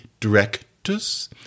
directus